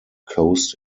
coast